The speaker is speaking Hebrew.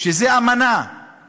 שהיא "אמנה";